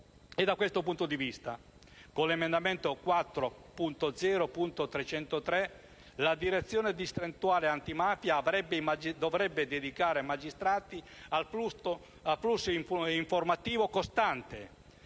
Da questo punto di vista, con l'emendamento 4.0.303 la Direzione distrettuale antimafia dovrebbe dedicare magistrati al flusso informativo costante